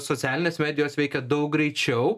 socialinės medijos veikia daug greičiau